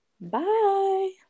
bye